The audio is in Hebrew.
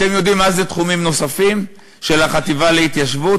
אתם יודעים מה זה תחומים נוספים של החטיבה להתיישבות?